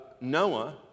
Noah